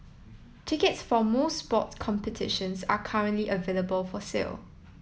tickets for most sports competitions are currently available for sale